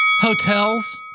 Hotels